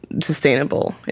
sustainable